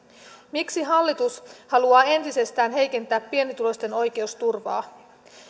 miksi hallitus haluaa entisestään heikentää pienituloisten oikeusturvaa